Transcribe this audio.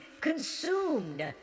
consumed